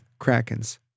Krakens